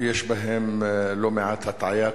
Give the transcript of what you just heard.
יש בהם לא מעט הטעיה,